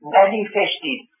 manifested